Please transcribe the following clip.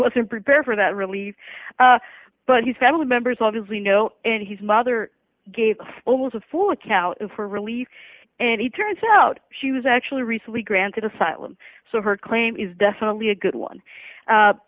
wasn't prepared for that relief but he's family members obviously know and his mother gave almost a full account of her relief and he turns out she was actually recently granted asylum so her claim is definitely a good one